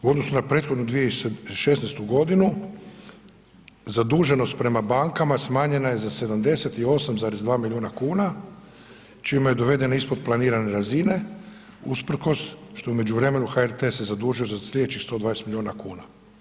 U odnosu na prethodnu 2016. godinu zaduženost prema bankama smanjena je za 78,2 milijuna kuna čime je dovedena ispod planirane razine usprkos što u međuvremenu HRT se zadužio za sljedećih 120 milijuna kuna.